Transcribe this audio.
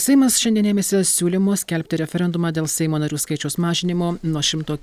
seimas šiandien ėmėsi siūlymo skelbti referendumą dėl seimo narių skaičiaus mažinimo nuo šimto